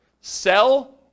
sell